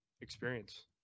experience